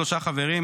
שלושה חברים,